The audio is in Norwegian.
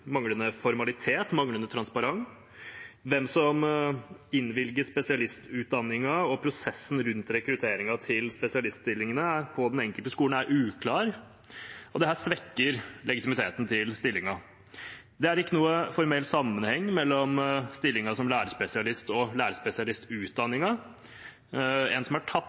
manglende rolleavklaring, manglende formalitet og manglende transparens. Hvem som innvilger spesialistutdanningen, er uklart, og prosessen rundt rekrutteringen til spesialiststillingene på den enkelte skole er uklar, og dette svekker legitimiteten til stillingene. Det er ikke noen formell sammenheng mellom en stilling som lærerspesialist og lærerspesialistutdanningen. De som